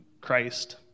Christ